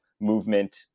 movement